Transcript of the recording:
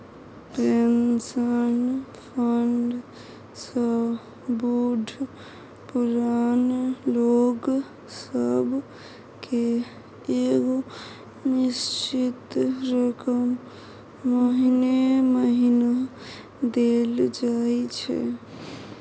pension fund सँ बूढ़ पुरान लोक सब केँ एगो निश्चित रकम महीने महीना देल जाइ छै